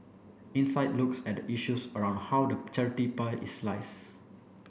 insight looks at the issues around how the charity pie is sliced